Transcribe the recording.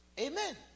Amen